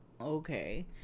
Okay